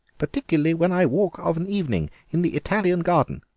particularly when i walk of an evening in the italian garden